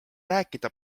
rääkida